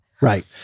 Right